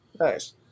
nice